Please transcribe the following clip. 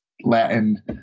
Latin